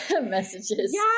messages